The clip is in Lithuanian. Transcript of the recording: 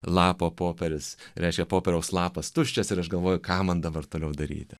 lapo popieris reiškia popieriaus lapas tuščias ir aš galvoju ką man dabar toliau daryti